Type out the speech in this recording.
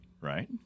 right